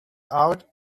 out